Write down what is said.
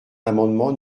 l’amendement